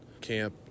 camp